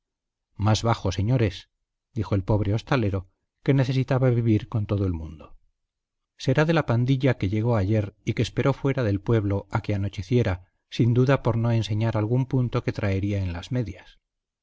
más bajo señores dijo el pobre hostalero que necesitaba vivir con todo el mundo será de la pandilla que llegó ayer y que esperó fuera del pueblo a que anocheciera sin duda por no enseñar algún punto que traería en las medias